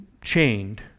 chained